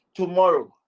tomorrow